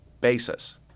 basis